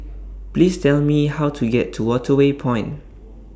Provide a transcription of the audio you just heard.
Please Tell Me How to get to Waterway Point